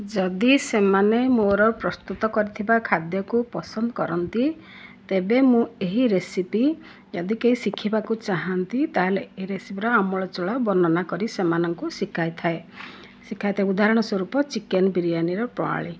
ଯଦି ସେମାନେ ମୋର ପ୍ରସ୍ତୁତ କରିଥିବା ଖାଦ୍ୟକୁ ପସନ୍ଦ କରନ୍ତି ତେବେ ମୁଁ ଏହି ରେସିପି ଯଦି କେହି ଶିଖିବାକୁ ଚାହାନ୍ତି ତା'ହେଲେ ଏ ରେସିପିର ଆମୁଳଚୁଳ ବର୍ଣ୍ଣନା କରି ସେମାନଙ୍କୁ ଶିଖାଇଥାଏ ଶିଖାଇଥାଏ ଉଦାହରଣ ସ୍ୱରୂପ ଚିକେନ ବିରିୟାନିର ପ୍ରଣାଳୀ